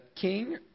king